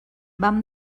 vam